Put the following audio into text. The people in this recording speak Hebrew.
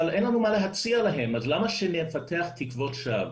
אבל אין לנו מה להציע להם אז למה שנפתח תקוות שווא.